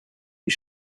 you